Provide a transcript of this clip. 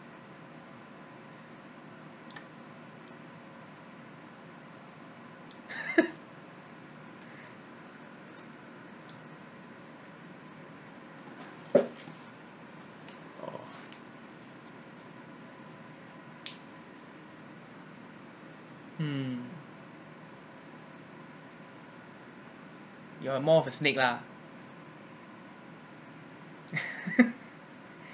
mm you're more of a snake lah